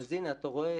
אז הינה, אתה רואה.